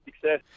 success